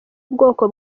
bwoko